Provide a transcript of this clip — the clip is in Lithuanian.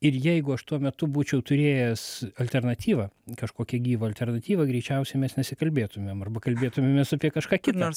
ir jeigu aš tuo metu būčiau turėjęs alternatyvą kažkokią gyvą alternatyvą greičiausiai mes nesikalbėtumėm arba kalbėtumėmės apie kažką kitą